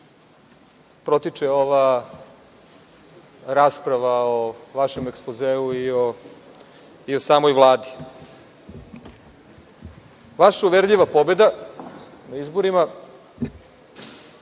protiče ova rasprava o vašem Ekspozeu i o samoj Vladi. Vaša uverljiva pobeda na izborima,